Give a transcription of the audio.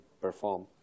perform